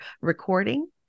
recording